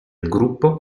gruppo